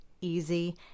easy